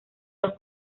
los